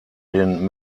den